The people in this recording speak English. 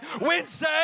Wednesday